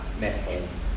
methods